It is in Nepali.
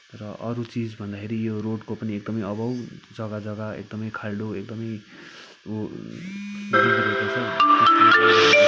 र अरू चिज भन्दाखेरि यो रोडको पनि एकदमै अभाव जग्गा जग्गा एकदमै खाल्डो एकदमै ऊ